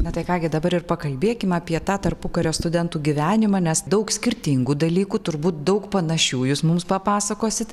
na tai ką gi dabar ir pakalbėkim apie tą tarpukario studentų gyvenimą nes daug skirtingų dalykų turbūt daug panašių jūs mums papasakosit